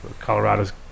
colorado's